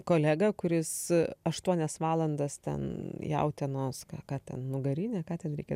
kolegą kuris aštuonias valandas ten jautienos ką ką ten nugarinę ką ten reikia